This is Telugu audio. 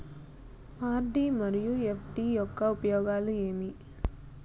ఆర్.డి మరియు ఎఫ్.డి యొక్క ఉపయోగాలు ఏమి?